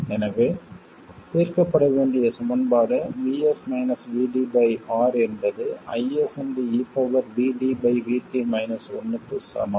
எனவே தீர்க்கப்பட வேண்டிய சமன்பாடு R என்பது IS க்கு சமம்